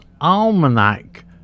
Almanac